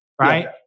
right